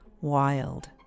wild